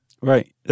Right